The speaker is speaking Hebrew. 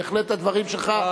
בהחלט הדברים שלך,